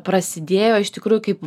prasidėjo iš tikrųjų kaip